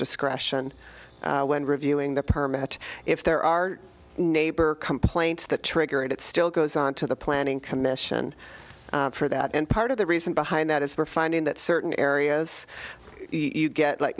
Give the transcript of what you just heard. discretion when reviewing the per match if there are neighbor complaints that trigger it it still goes on to the planning commission for that and part of the reason behind that is we're finding that certain areas you get like